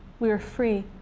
we were free.